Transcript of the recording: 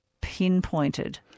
pinpointed